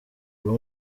uwo